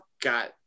got